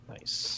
Nice